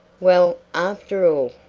well, after all,